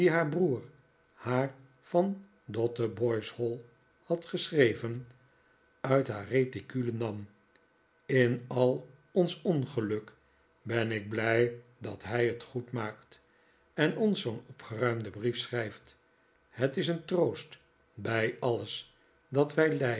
haar van dotheboys hall had geschreven uit haar reticule nam in al ons ongeluk ben ik blij dat hij het goed maakt en ons zoo'n opgeruimden brief schrijft het is een troost bij alles wat